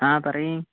ആ പറയ്